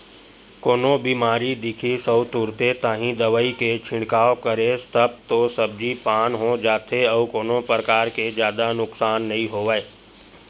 कोनो बेमारी दिखिस अउ तुरते ताही दवई के छिड़काव करेस तब तो सब्जी पान हो जाथे अउ कोनो परकार के जादा नुकसान नइ होवय